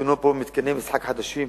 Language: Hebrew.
והותקנו בו מתקני משחק חדישים,